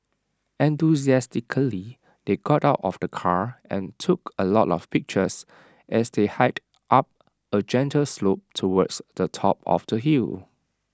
enthusiastically they got out of the car and took A lot of pictures as they hiked up A gentle slope towards the top of the hill